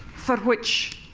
for which